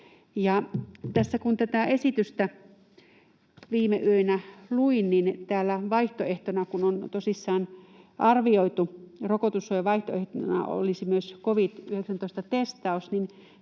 kun tätä esitystä viime yönä luin, niin kun on tosissaan arvioitu, että rokotussuojavaihtoehtona olisi myös covid-19-testaus, niin